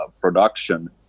production